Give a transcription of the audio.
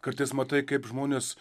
kartais matai kaip žmonės